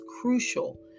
crucial